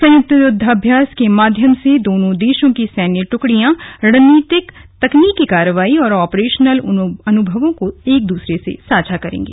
संयुक्त युद्वाभ्यास के माध्यम से दोनों देशों की सैन्य टुकड़ियां रणनीतिक तकनीकि कार्रवाई और ऑपरेशनल अनुभवों को एक दूसरे से साझा करेंगे